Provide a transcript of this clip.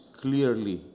Clearly